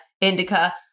indica